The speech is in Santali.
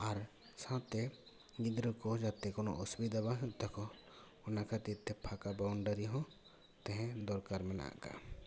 ᱟᱨ ᱥᱟᱶᱛᱮ ᱜᱤᱫᱽᱨᱟᱹ ᱠᱚ ᱡᱟᱛᱮ ᱠᱳᱱᱳ ᱚᱥᱩᱵᱤᱫᱟ ᱵᱟᱝ ᱦᱩᱭᱩᱜ ᱛᱟᱠᱚ ᱚᱱᱟ ᱠᱷᱟᱹᱛᱤᱨ ᱛᱮ ᱯᱷᱟᱠᱟ ᱵᱟᱭᱩᱱᱰᱟᱨᱤ ᱦᱚᱸ ᱛᱟᱦᱮᱸ ᱫᱚᱨᱠᱟᱨ ᱢᱮᱱᱟᱜ ᱟᱠᱟᱜᱼᱟ